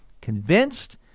Convinced